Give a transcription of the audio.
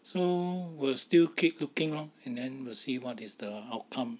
so will still keep looking lor and will see what is the outcome